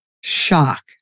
Shock